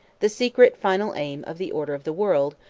the secret final aim of the order of the world,